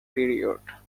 period